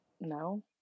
No